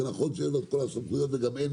זה נכון שאין לו את כל הסמכויות וגם אין